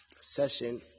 Session